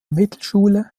mittelschule